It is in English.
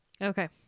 Okay